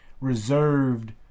reserved